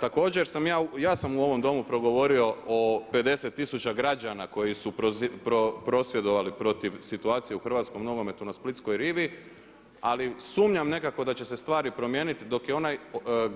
Također sam ja, ja sam u ovom Domu progovorio o 50 tisuća građana koji su prosvjedovali protiv situacije u hrvatskom nogometu na splitskoj rivi ali sumnjam nekako da će se stvari promijeniti dok je onaj